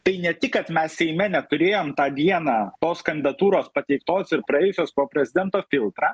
tai ne tik kad mes seime neturėjom tą dieną tos kandidatūros pateiktos ir praėjusios po prezidento filtrą